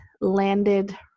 landed